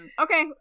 Okay